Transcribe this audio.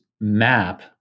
map